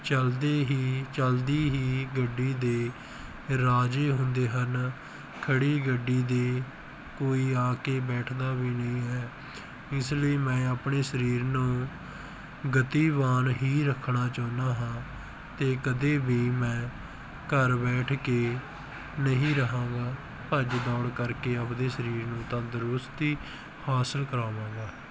ਚਲਦੇ ਹੀ ਚਲਦੀ ਹੀ ਗੱਡੀ ਦੇ ਰਾਜੇ ਹੁੰਦੇ ਹਨ ਖੜ੍ਹੀ ਗੱਡੀ ਦੇ ਕੋਈ ਆ ਕੇ ਬੈਠਦਾ ਵੀ ਨਹੀਂ ਹੈ ਇਸ ਲਈ ਮੈਂ ਆਪਣੇ ਸਰੀਰ ਨੂੰ ਗਤੀਵਾਨ ਹੀ ਰੱਖਣਾ ਚਾਹੁੰਦਾ ਹਾਂ ਅਤੇ ਕਦੇ ਵੀ ਮੈਂ ਘਰ ਬੈਠ ਕੇ ਨਹੀਂ ਰਹਾਂਗਾ ਭੱਜ ਦੌੜ ਕਰਕੇ ਆਪ ਦੇ ਸਰੀਰ ਨੂੰ ਤੰਦਰੁਸਤੀ ਹਾਸਲ ਕਰਾਵਾਂਗਾ